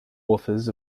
authors